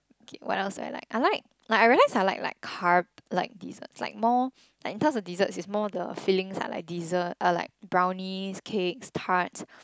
kay what else I like I like like I realize I like like cup like deserts like more like in terms of deserts is more the filling t~ like desserts uh like brownies cake tarts